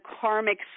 karmic